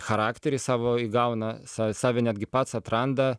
charakterį savo įgauna sav save netgi pats atranda